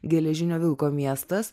geležinio vilko miestas